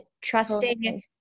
trusting